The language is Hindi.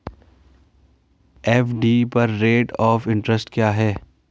एफ.डी पर रेट ऑफ़ इंट्रेस्ट क्या है?